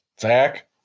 Zach